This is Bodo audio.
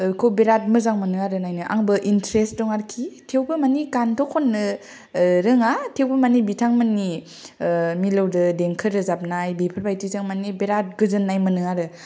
ओखौ बेराथ मोजां मोनो आरो नायनो आंबो इनट्रेस दं आरोखि थेवबो मानि गानथ' खननो रोङा थेवबो मानि बिथां मोननि मिलौदो देंखौ रोजाबनाय बेफोर बादिजों मानि बेराथ गोजोननाय मोनो आरो